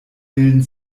bilden